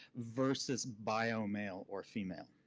versus bio male or female.